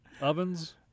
ovens